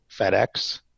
FedEx